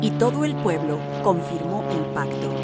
y todo el pueblo confirmó el pacto